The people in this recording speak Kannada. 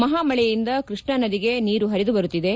ಮಹಾ ಮಳೆಯಿಂದ ಕೃಷ್ಣಾ ನದಿಗೆ ನೀರಿ ಪರಿದು ಬರುತ್ತಿದೆ